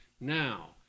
Now